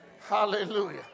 hallelujah